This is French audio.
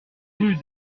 rue